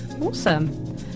Awesome